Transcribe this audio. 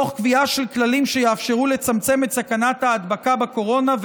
תוך קביעה של כללים שיאפשרו לצמצם את סכנת ההדבקה בקורונה,